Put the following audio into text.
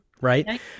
right